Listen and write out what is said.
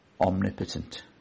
omnipotent